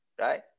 right